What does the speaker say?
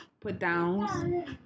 put-downs